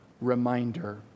reminder